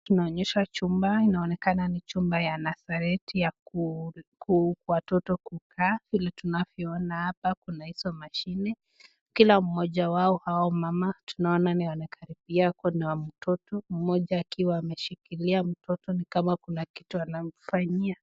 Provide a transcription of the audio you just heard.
Tunaonyesha chumba inaonekana ni chumba ya nursery ya watoto kukaa vile tunavyoona hapa kuna hizo mashine. Kila mmoja wao hawa mama tunaona ni yule karibia ako na mtoto mmoja akiwa ameshikilia mtoto ni kama kuna kitu anamfanyia.